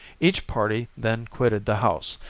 each party then quitted the house,